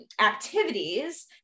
Activities